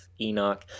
Enoch